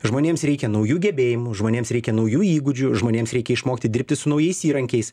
žmonėms reikia naujų gebėjimų žmonėms reikia naujų įgūdžių žmonėms reikia išmokti dirbti su naujais įrankiais